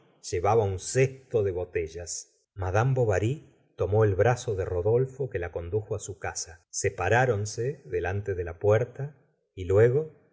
llevaba un cesto de botellas mad bovary tomó el brazo de rodolfo que la condujo su casa separáronse delante de la puerta y luego